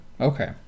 Okay